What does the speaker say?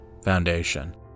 foundation